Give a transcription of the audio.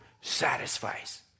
satisfies